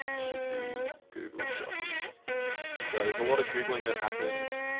should be google shopping so there's a lot of googling that happens,